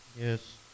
Yes